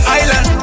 island